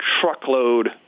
truckload